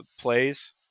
plays